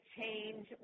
change